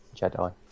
Jedi